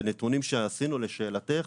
בנתונים שעשינו, לשאלתך,